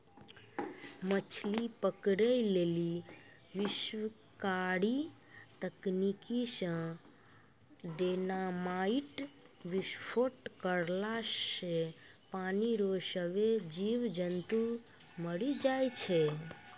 मछली पकड़ै लेली विनाशकारी तकनीकी से डेनामाईट विस्फोट करला से पानी रो सभ्भे जीब जन्तु मरी जाय छै